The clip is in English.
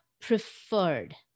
preferred